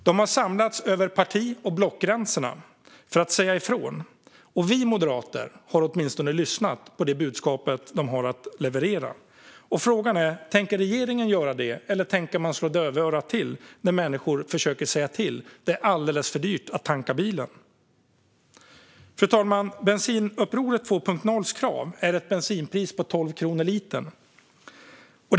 De har samlats över parti och blockgränser för att säga ifrån, och åtminstone vi moderater har lyssnat på det budskap de levererar. Frågan är om regeringen tänker göra det. Eller tänker man slå dövörat till när människor försöker säga till om att det är alldeles för dyrt att tanka bilen? Fru talman! Kravet från Bensinupproret 2.0 är ett bensinpris på 12 kronor per liter.